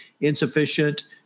insufficient